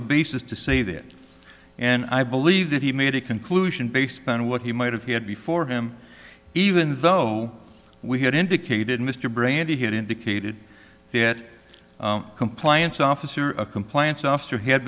a basis to say that and i believe that he made a conclusion based on what he might have had before him even though we had indicated mr brady had indicated that compliance officer of compliance officer had